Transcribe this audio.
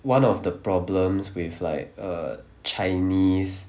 one of the problems with like a chinese